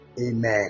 Amen